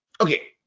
Okay